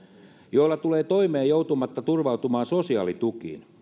joilla tulee toimeen joutumatta turvautumaan sosiaalitukiin